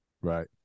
Right